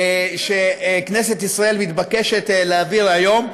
באמת, שכנסת ישראל מתבקשת להעביר היום,